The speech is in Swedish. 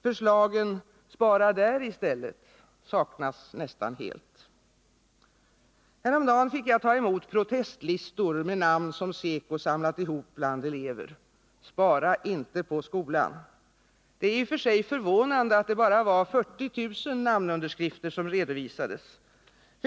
Förslagen: Spara där i stället! saknas nästan helt. Häromdagen fick jag ta emot protestlistor med namn som SECO samlat ihop bland elever: Spara inte på skolan! Det är i och för sig förvånande att bara 40 000 namnunderskrifter redovisades.